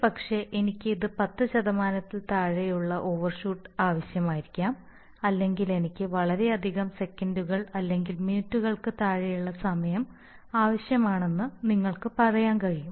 ഒരുപക്ഷേ എനിക്ക് ഇത് പത്ത് ശതമാനത്തിൽ താഴെയുള്ള ഓവർഷൂട്ട് ആവശ്യമായിരിക്കാം അല്ലെങ്കിൽ എനിക്ക് വളരെയധികം സെക്കൻഡുകൾ അല്ലെങ്കിൽ മിനിറ്റുകൾക്ക് താഴെയുള്ള സമയം ആവശ്യമാണെന്ന് നിങ്ങൾക്ക് പറയാൻ കഴിയും